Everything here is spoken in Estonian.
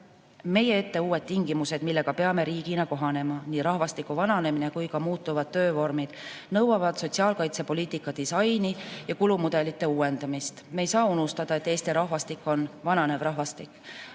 meie ette uued tingimused, millega peame riigina kohanema. Nii rahvastiku vananemine kui ka muutuvad töövormid nõuavad sotsiaalkaitsepoliitika disaini ja kulumudelite uuendamist. Me ei saa unustada, et Eesti rahvastik on vananev rahvastik.